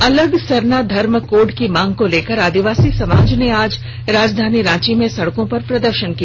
अलग सरना धर्म कोड की मांग को लेकर आदिवासी समाज ने आज राजधानी रांची में सड़कों पर प्रदर्षन किया